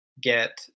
get